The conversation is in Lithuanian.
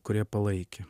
kurie palaikė